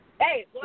Hey